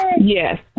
Yes